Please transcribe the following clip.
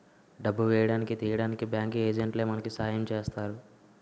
డబ్బు వేయడానికి తీయడానికి బ్యాంకు ఏజెంట్లే మనకి సాయం చేస్తారు